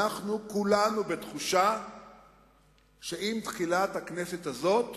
אנחנו כולנו בתחושה שעם תחילת הכנסת הזאת